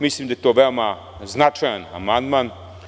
Mislim da je to veoma značajan amandman.